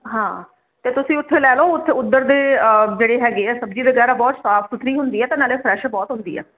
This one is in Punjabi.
ਹਾਂ ਤੇ ਤੁਸੀਂ ਉੱਥੇ ਲੈ ਲਓ ਉੱਥੇ ਉਧਰ ਦੇ ਜਿਹੜੇ ਹੈਗੇ ਆ ਸਬਜੀ ਵਗੈਰਾ ਬਹੁਤ ਸਾਫ ਸੁਥਰੀ ਹੁੰਦੀ ਹ ਤਾਂ ਨਾਲੇ ਫਰੈਸ਼ ਬਹੁਤ ਹੁੰਦੀ ਆ